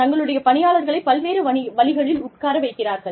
தங்களுடைய பணியாளர்களை பல்வேறு வழிகளில் உட்கார வைக்கிறார்கள்